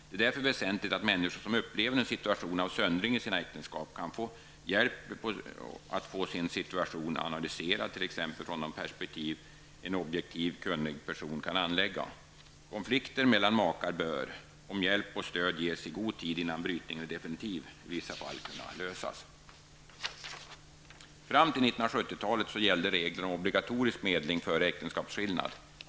Det är därför väsentligt att människor som upplever en situation av söndring i sina äktenskap, kan få hjälp att få sin situation analyserad, t.ex. från de perspektiv en objektiv och kunnig person kan anlägga. Konflikter mellan makar bör -- om hjälp och stöd ges i god tid innan brytningen är definitiv -- i vissa fall kunna lösas. Fram till 1970-talet gällde regler om obligatorisk medling före äktenskapsskillnad.